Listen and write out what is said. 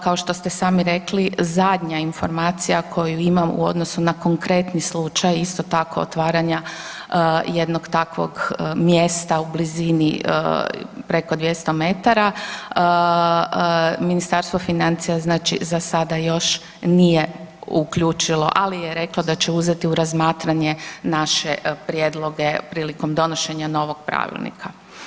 Kao što ste sami rekli zadnja informacija koju imam u odnosu na konkretni slučaj isto tako otvaranja jednog takvog mjesta u blizini preko 200 metara, Ministarstvo financija znači za sada još nije uključilo, ali je reklo da će uzeti u razmatranje naše prijedloge prilikom donošenja novog pravilnika.